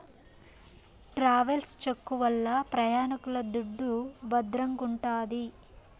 travels cheque వల్ల ప్రయాణికుల దుడ్డు భద్రంగుంటాది